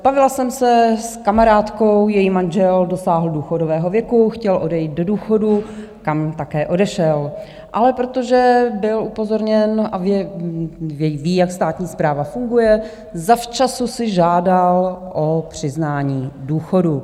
Bavila jsem se s kamarádkou, její manžel dosáhl důchodového věku, chtěl odejít do důchodu, kam také odešel, ale protože byl upozorněn a ví, jak státní správa funguje, zavčasu si žádal o přiznání důchodu.